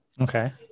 okay